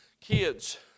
kids